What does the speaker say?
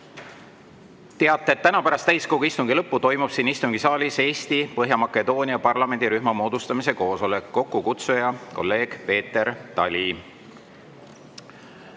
Teated. Täna pärast täiskogu istungi lõppu toimub siin istungisaalis Eesti – Põhja-Makedoonia parlamendirühma moodustamise koosolek, kokkukutsuja: kolleeg Peeter Tali.